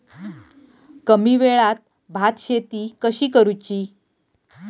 कमी वेळात भात शेती कशी करुची?